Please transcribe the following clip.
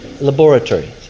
laboratory